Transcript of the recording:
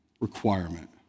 requirement